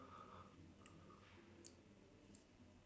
if your child gets very good grades